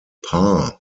par